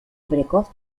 precoz